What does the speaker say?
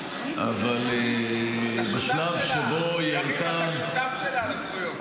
אבל בשלב שבו היא הייתה -- אתה שותף שלה לזכויות.